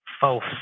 false